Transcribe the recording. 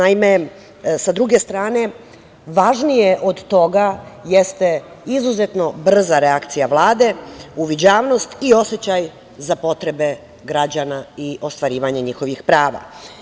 Sa druge strane, važnije od toga jeste izuzetno brza reakcija Vlade, uviđavnost i osećaj za potrebe građana i ostvarivanje njihovih prava.